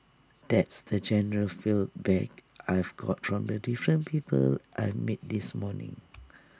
that's the general feel back I've got from the different people I've met this morning